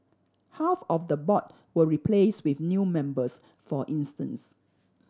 half of the board were replaced with new members for instance